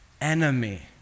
enemy